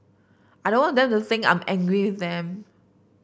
I don't want them to think I'm angry with them